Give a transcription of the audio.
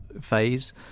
phase